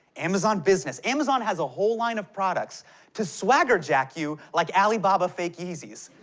amazon business. amazon has a whole line of products to swaggerjack you like alibaba fake yeezys.